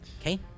okay